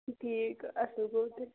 ٹھیٖک اصٕل گوٚو تیٚلہِ